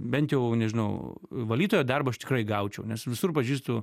bent jau nežinau valytojo darbą aš tikrai gaučiau nes visur pažįstu